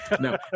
No